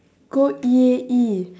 go E_A_E